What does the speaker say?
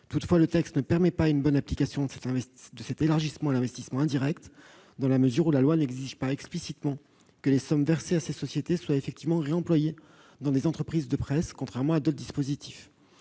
Toutefois, le texte ne permet pas une bonne application de cet élargissement à l'investissement indirect, dans la mesure où la loi n'exige pas explicitement que les sommes versées à ces sociétés soient effectivement employées dans des entreprises de presse, contrairement à ce qui est